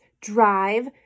drive